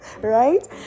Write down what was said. right